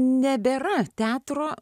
nebėra teatro